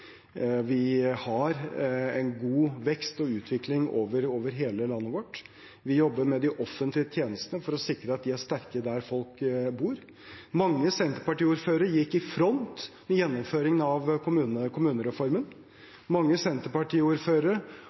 Vi har en god vekst og utvikling over hele landet vårt. Vi jobber med de offentlige tjenestene for å sikre at de er sterkere der folk bor. Mange Senterparti-ordførere gikk i front i gjennomføringen av kommunereformen. Mange